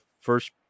first